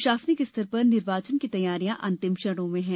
प्रशासनिक स्तर पर निर्वाचन की तैयारियां अंतिम क्षणों में है